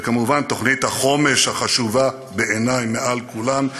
וכמובן תוכנית החומש החשובה בעיני מעל כולן,